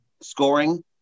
scoring